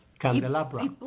Candelabra